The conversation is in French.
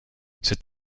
cet